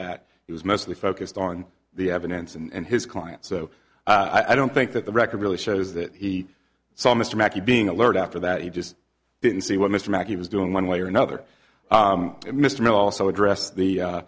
that it was mostly focused on the evidence and his client so i don't think that the record really shows that he saw mr makki being alert after that he just didn't see what mr makki was doing one way or another mr miller also address the